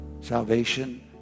Salvation